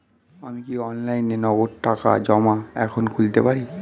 আমি কি অনলাইনে নগদ টাকা জমা এখন খুলতে পারি?